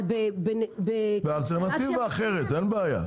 אבל ב --- באלטרנטיבה אחרת, אין בעיה.